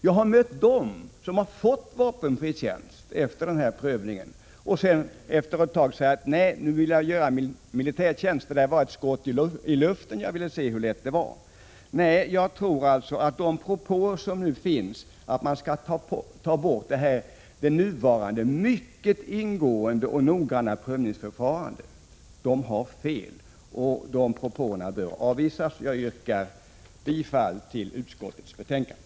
Jag har också mött dem som fått vapenfri tjänst beviljad efter denna prövning men som efter ett tag säger: Nej, jag vill göra militärtjänst — detta var ett skott i luften, för jag ville se hur lätt det var. Jag tror alltså att de propåer som nu finns om att ta bort det nuvarande mycket ingående och noggranna prövningsförfarandet är felaktiga och bör avvisas. Jag yrkar bifall till utskottets hemställan.